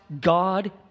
God